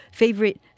favorite